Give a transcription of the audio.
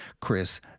Chris